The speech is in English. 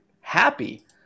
Happy